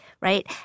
right